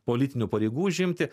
politinių pareigų užimti